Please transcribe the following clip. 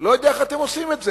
לא יודע איך אתם עושים את זה.